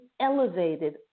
elevated